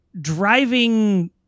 driving